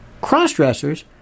Cross-dressers